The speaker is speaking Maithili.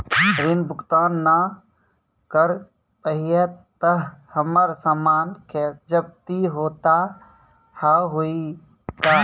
ऋण भुगतान ना करऽ पहिए तह हमर समान के जब्ती होता हाव हई का?